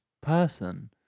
person